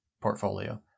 portfolio